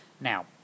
Now